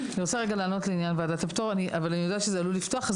אני רוצה לענות לעניין ועדת הפטור אבל אני יודעת שזה עלול לפתוח,